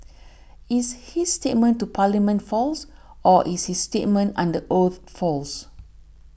is his statement to Parliament false or is his statement under oath false